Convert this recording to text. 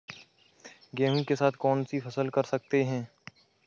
गेहूँ के साथ कौनसी फसल कर सकते हैं?